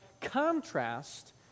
contrast